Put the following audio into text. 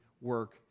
work